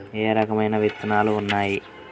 ఏ రకమైన విత్తనాలు ఉన్నాయి?